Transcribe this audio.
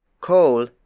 coal